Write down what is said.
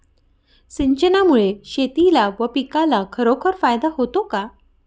सिंचनामुळे शेतीला व पिकाला खरोखर फायदा होतो का?